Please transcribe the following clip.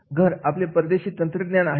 आज घर आपल्याकडे परदेशी तंत्रज्ञान आहे